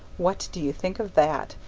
what do you think of that?